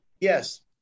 Yes